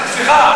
סליחה,